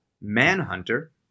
Manhunter